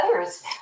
others